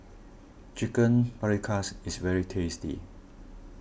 Chicken Paprikas is very tasty